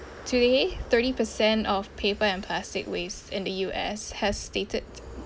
today thirty percent of paper and plastic waste in the U_S has stated